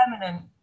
permanent